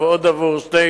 ועוד עבור שני